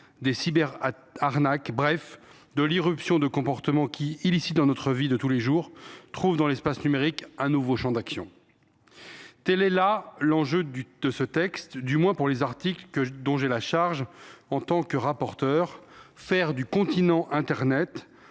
des cyberarnaques, bref, de l’irruption de comportements qui, illicites dans notre vie de tous les jours, trouvent dans l’espace numérique un nouveau champ d’action. Tel est l’enjeu de ce texte, du moins pour les articles dont j’ai la charge en tant que rapporteur : faire du continent internet